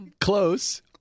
close